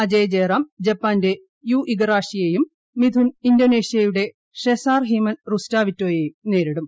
അജയ് ജയറാം ജപ്പാന്റെ യു ഇഗറാഷിയെയും മിഥുൻ ഇന്തോനേഷ്യയുടെ ഷെസാർ ഹിമൻ റുസ്റ്റാവിറ്റോയേയും നേരിടും